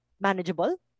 manageable